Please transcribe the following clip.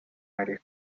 áreas